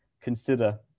consider